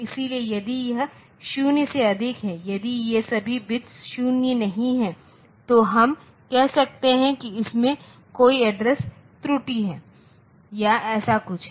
इसलिए यदि यह 0 से अधिक है यदि ये सभी बिट्स 0 नहीं हैं तो हम कह सकते हैं कि इसमें कोई एड्रेस त्रुटि है या ऐसा कुछ है